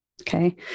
Okay